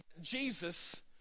Jesus